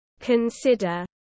Consider